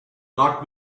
not